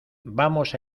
vamos